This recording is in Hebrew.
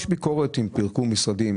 יש ביקורת על שפורקו משרדים.